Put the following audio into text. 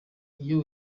iyo